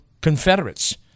Confederates